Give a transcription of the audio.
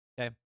Okay